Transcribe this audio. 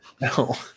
No